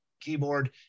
keyboard